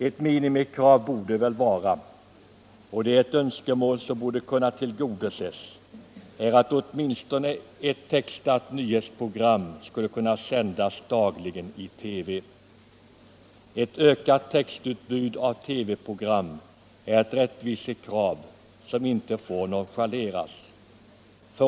Ett minimikrav som borde kunna tillgodoses är att åtminstone ess textat nyhetsprogram skulle kunna sändas dagligen i TV. Ökat textutbud av TV-program är ett rättvisekrav som inte får nonchaleras.